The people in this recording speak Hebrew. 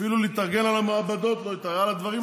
אפילו להתארגן על המעבדות לא התארגנו,